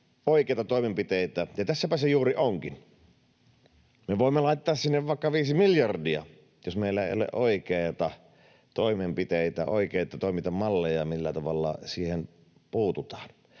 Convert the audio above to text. oikeita toimenpiteitä, ja tässäpä se juuri onkin. Me voimme laittaa sinne vaikka viisi miljardia, jos meillä ei ole oikeita toimenpiteitä, oikeita toimintamalleja, millä tavalla siihen puututaan.